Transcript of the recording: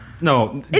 No